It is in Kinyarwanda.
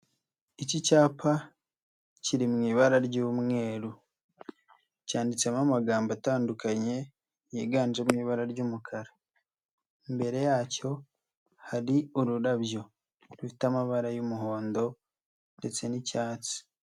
Iki cyapa kiri mu ibara ry'umweru. Cyanditsemo amagambo atandukanye yiganjemo ibara ry'umukara. Imbere yacyo hari ururabyo. Rufite amabara y'umuhondo ndetse n'icyatsi.